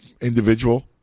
individual